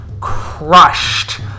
crushed